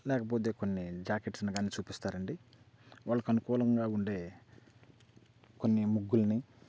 లేకపోతే కొన్ని జాకెట్స్ని కానీ చూపిస్తారండి వాళ్ళకి అనుకూలంగా ఉండే కొన్ని ముగ్గుల్ని